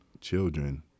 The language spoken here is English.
children